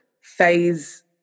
Phase